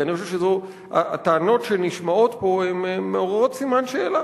כי אני חושב שהטענות שנשמעות פה מעוררות סימן שאלה.